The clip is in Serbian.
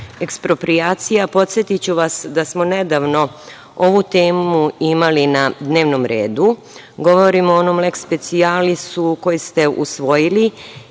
eksproprijacija, podsetiću vas da smo nedavno ovu temu imali na dnevnom redu. Govorim o onom leks specijalisu koji ste usvojili